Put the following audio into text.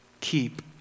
keep